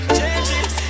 Changes